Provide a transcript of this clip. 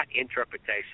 interpretation